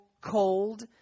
cold